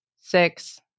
six